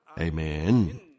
Amen